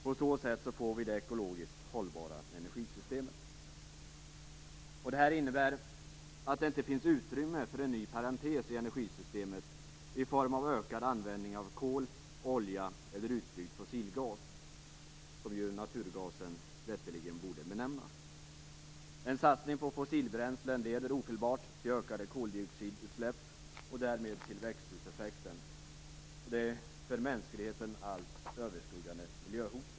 På så sätt får vi det ekologiskt hållbara energisystemet. Det här innebär att det inte finns utrymme för en ny parentes i energisystemet i form av ökad användning av kol och olja eller utbyggd fossilgas - som ju naturgasen rätteligen borde benämnas. En satsning på fossilbränslen leder ofelbart till ökade koldioxidutsläpp och därmed till växthuseffekten, det för mänskligheten allt överskuggande miljöhotet.